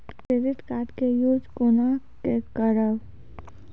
Credit card के use कोना के करबऽ?